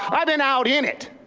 i've been out in it.